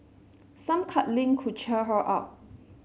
some cuddling could cheer her up